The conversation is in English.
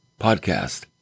podcast